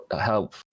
help